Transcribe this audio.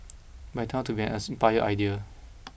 but it turned out to be an inspired idea